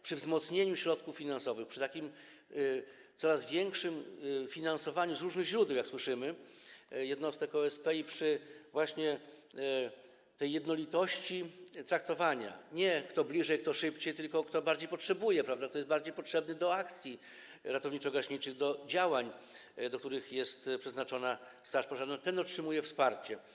Przy wzmocnieniu środków finansowych, przy takim coraz większym finansowaniu jednostek OSP z różnych źródeł, jak słyszymy, i przy właśnie tej jednolitości traktowania, nie kto bliżej, kto szybciej, tylko kto bardziej potrzebuje, kto jest bardziej potrzebny do akcji ratowniczo-gaśniczych, do działań, do których jest przeznaczona straż pożarna, ten otrzymuje wsparcie.